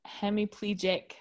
hemiplegic